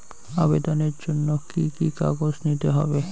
আবেদনের জন্য কি কি কাগজ নিতে হবে?